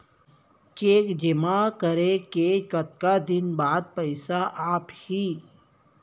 Cheque जेमा करें के कतका दिन बाद पइसा आप ही?